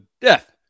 death